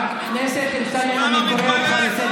אתה לא מתבייש?